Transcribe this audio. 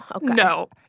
No